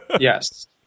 Yes